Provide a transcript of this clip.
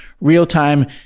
real-time